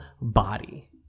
body